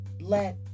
let